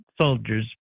soldiers